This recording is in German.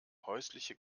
häusliche